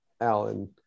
Alan